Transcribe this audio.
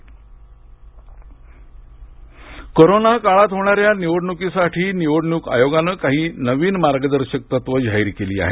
guide line corona काळात होणाऱ्या निवडणुकी साठी निवडणुक आयोगान काही नवीन मार्गदर्शक तत्वं जाहीर केली आहेत